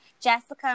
Jessica